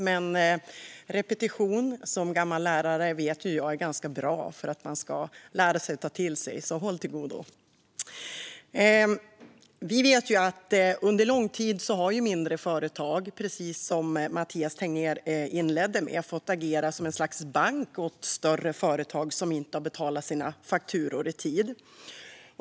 Men som gammal lärare vet jag att repetition är bra för att man ska lära sig och ta till sig något, så håll till godo! Precis som Mathias Tegnér inledde med har under lång tid mindre företag fått agera som ett slags bank åt större företag som inte betalar sina fakturor i tid.